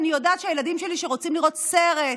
כשאני יודעת שהילדים שלי שרוצים לראות סרט,